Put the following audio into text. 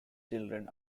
children